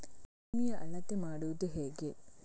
ಭೂಮಿಯ ಅಳತೆ ಮಾಡುವುದು ಹೇಗೆ?